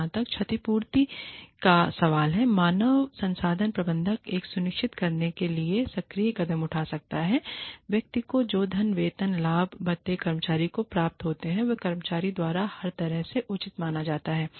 जहां तक क्षतिपूर्ति का सवाल है मानव संसाधन प्रबंधक यह सुनिश्चित करने के लिए सक्रिय कदम उठा सकता है व्यक्ति को जो धन वेतन लाभ भत्ते कर्मचारी को प्राप्त हो वो कर्मचारी द्वारा हर तरह से उचित माना जाता है